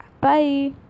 Bye